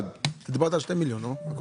דיברת על 2 מיליון, לא?